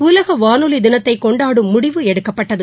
உலக வானொலி தினத்தை கொண்டாடும் முடிவு எடுக்கப்பட்டது